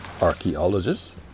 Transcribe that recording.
archaeologists